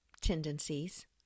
tendencies